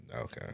Okay